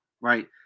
right